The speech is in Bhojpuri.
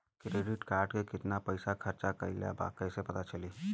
क्रेडिट कार्ड के कितना पइसा खर्चा भईल बा कैसे पता चली?